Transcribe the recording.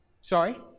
Sorry